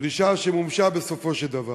דרישה שמומשה בסופו של דבר.